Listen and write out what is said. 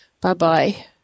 Bye-bye